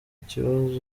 ikibazo